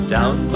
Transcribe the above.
Down